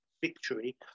victory